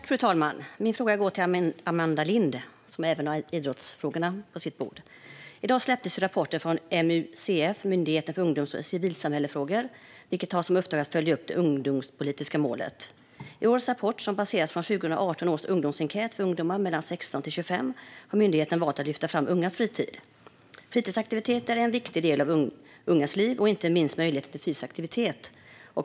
Fru talman! Min fråga går till Amanda Lind, som ju även har idrottsfrågorna på sitt bord. I dag släpptes rapporten från MUCF, Myndigheten för ungdoms och civilsamhällesfrågor, som har i uppdrag att följa upp det ungdomspolitiska målet. I årets rapport, som baseras på 2018 års ungdomsenkät för ungdomar mellan 16 och 25, har myndigheten valt att lyfta fram ungas fritid. Fritidsaktiviteter är en viktig del av ungas liv, inte minst möjligheten till fysisk aktivitet.